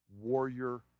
warrior